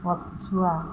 ପଛୁଆ